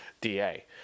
DA